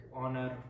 honor